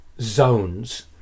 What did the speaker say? zones